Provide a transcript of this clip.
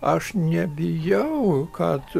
aš nebijau kad